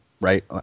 right